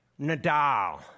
Nadal